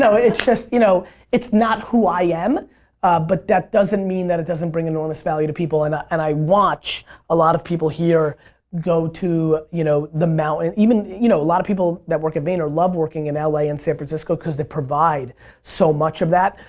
so it's you know not who i am but that doesn't mean that it doesn't bring enormous value to people and and i watch a lot of people here go to you know the mountains even you know a lot of people that work at vayner love working in l a. and san franscisco cause they provide so much of that.